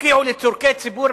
הפקיעו לצורכי ציבור.